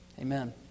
amen